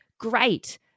Great